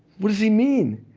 what does he mean?